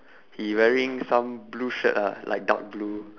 he wearing some blue shirt lah like dark blue